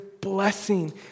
blessing